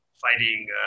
fighting